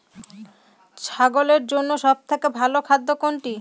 ছাগলের জন্য সব থেকে ভালো খাদ্য কোনটি?